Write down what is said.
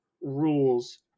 rules